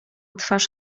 twarz